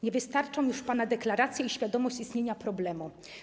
Nie wystarczą już pana deklaracje i świadomość istnienia problemu.